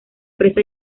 presa